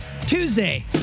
Tuesday